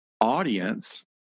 audience